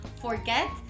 forget